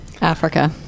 Africa